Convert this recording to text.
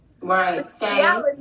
right